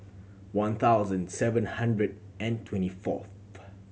one thousand seven hundred and twenty fourth